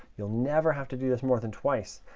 you'll never have to do this more than twice,